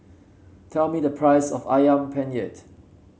tell me the price of ayam penyet